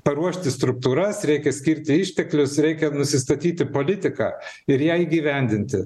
paruošti struktūras reikia skirti išteklius reikia nusistatyti politiką ir ją įgyvendinti